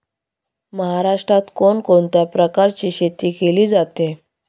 महाराष्ट्रात कोण कोणत्या प्रकारची शेती केली जाते?